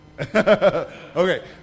Okay